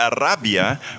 Arabia